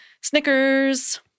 Snickers